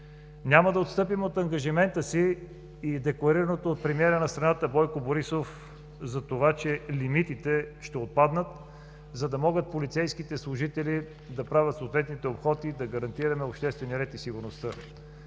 Няма да отстъпим от ангажимента си и декларираното от премиера на страната Бойко Борисов за това, че лимитите ще отпаднат, за да могат полицейските служители да правят съответните обходи и да гарантираме обществения ред и сигурността.